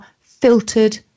filtered